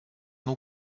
nous